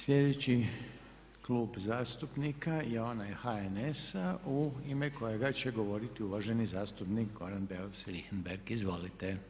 Sljedeći klub zastupnika je onaj HNS-a u ime kojega će govoriti uvaženi zastupnik Goran Beus Richembergh, izvolite.